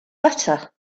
butter